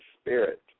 Spirit